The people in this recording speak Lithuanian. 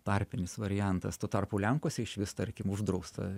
tarpinis variantas tuo tarpu lenkuose išvis tarkim uždrausta